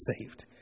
saved